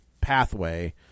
Pathway